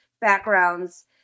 backgrounds